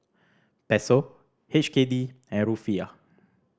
Peso H K D and Rufiyaa